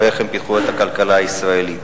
ואיך הם פיתחו את הכלכלה הישראלית.